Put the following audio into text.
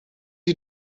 you